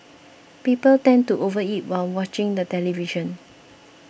people tend to overeat while watching the television